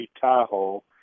Tahoe